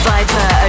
Viper